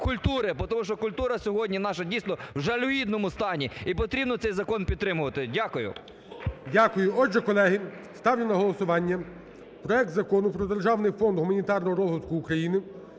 культури, тому що культура сьогодні наша, дійсно, в жалюгідному стані, і потрібно цей закон підтримувати. Дякую. ГОЛОВУЮЧИЙ. Дякую. Отже, колеги, ставлю на голосування проект Закону про державний фонд гуманітарного розвитку України